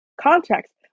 context